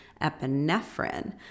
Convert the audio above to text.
epinephrine